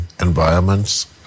environments